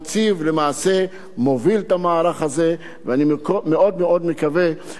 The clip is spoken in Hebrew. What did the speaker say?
ואני מאוד מאוד מקווה שאנחנו נכנסים ליום היסטורי,